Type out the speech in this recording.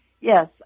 Yes